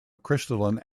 crystalline